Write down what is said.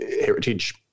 heritage